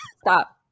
Stop